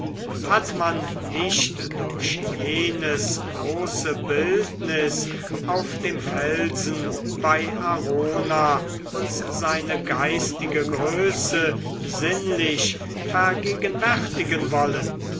hat man nicht durch jenes große bildnis auf dem felsen bei arona uns seine geistige größe sinnlich vergegenwärtigen wollen